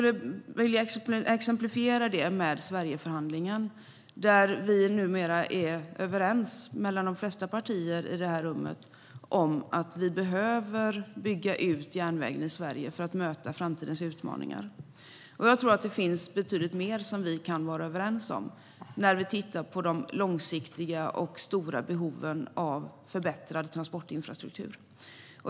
Ett exempel på det är Sverigeförhandlingen. De flesta partier i det här rummet är numera överens om att vi behöver bygga ut järnvägen i Sverige för att möta framtidens utmaningar. Jag tror att det finns betydligt mer som vi kan vara överens om när vi tittar på de långsiktiga och stora behoven av förbättrad transportinfrastruktur.